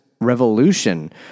revolution